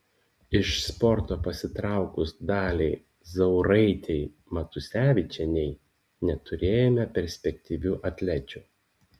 iš sporto pasitraukus daliai zauraitei matusevičienei neturėjome perspektyvių atlečių